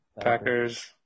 Packers